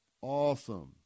awesome